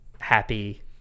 happy